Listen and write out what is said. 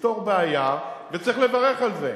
לפתור בעיה, וצריך לברך על זה.